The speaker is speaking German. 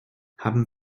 haben